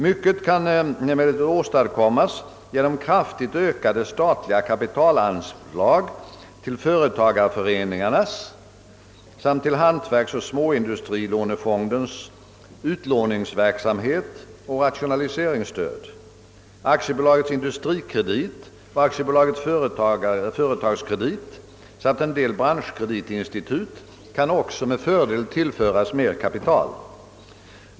Mycket kan väl åstadkommas genom kraftigt ökade statliga kapitalanslag till företagarföreningarnas samt till hantverksoch småindustrilånefondens utlåningsverksamhet och rationaliseringsstöd. Aktiebolaget Industrikredit och Aktiebolaget Företagskredit samt en del branschkreditinstitut kan också med fördel tillföras mer kapital.